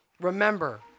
remember